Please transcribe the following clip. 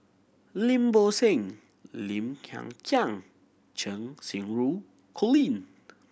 Lim Bo Seng Lim Hng Kiang Cheng Xinru Colin